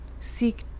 seek